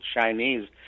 Chinese